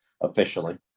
officially